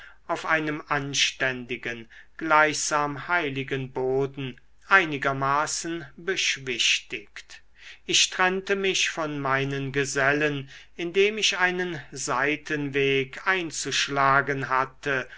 auf einem anständigen gleichsam heiligen boden einigermaßen beschwichtigt ich trennte mich von meinen gesellen indem ich einen seitenweg einzuschlagen hatte